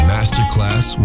Masterclass